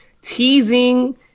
teasing